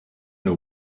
know